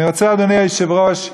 אני רוצה, אדוני היושב-ראש,